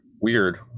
weird